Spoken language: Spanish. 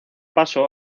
paso